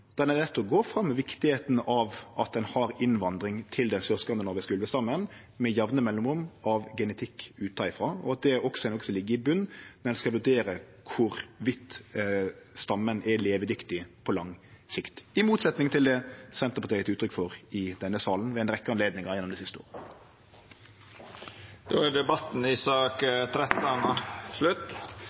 viktigheita av at ein har innvandring av genetikk utanfrå til den sør-skandinaviske ulvestammen med jamne mellomrom, går fram, og at det må liggje i botnen når ein skal vurdere om stammen er levedyktig på lang sikt – i motsetning til det Senterpartiet har gjeve uttrykk for i denne salen ved ei rekkje anledningar dei siste åra. Interpellasjonsdebatten i sak